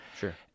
Sure